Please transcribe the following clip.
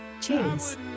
cheers